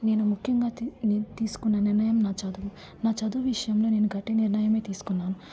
నేను ముఖ్యంగా తీ తీసుకున్న నిర్ణయం నా చదువు నా చదువు విషయంలో నేను గట్టి నిర్ణయమే తీసుకున్నాను